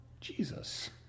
Jesus